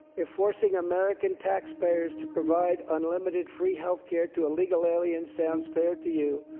if forcing american taxpayers to provide unlimited free healthcare to illegal aliens sounds fair to you,